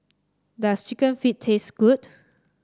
does chicken feet taste good